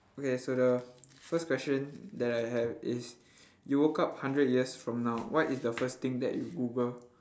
okay so the first question that I have is you woke up hundred years from now what is the first thing that you google